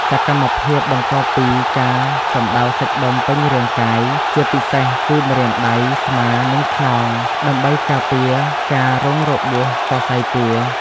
សកម្មភាពបន្ទាប់គឺការកម្ដៅសាច់ដុំពេញរាងកាយ ជាពិសេសគឺម្រាមដៃ ស្មា និងខ្នង ដើម្បីការពារការរងរបួសសរសៃពួរ។